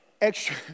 extra